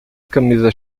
camisa